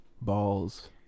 balls